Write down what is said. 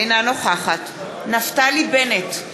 אינה נוכחת נפתלי בנט,